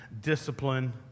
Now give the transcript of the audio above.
discipline